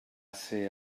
ser